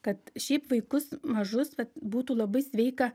kad šiaip vaikus mažus vat būtų labai sveika